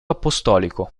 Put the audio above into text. apostolico